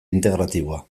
integratiboa